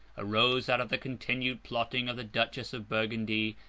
arose out of the continued plotting of the duchess of burgundy,